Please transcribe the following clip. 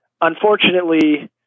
unfortunately